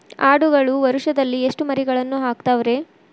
ಆಡುಗಳು ವರುಷದಲ್ಲಿ ಎಷ್ಟು ಮರಿಗಳನ್ನು ಹಾಕ್ತಾವ ರೇ?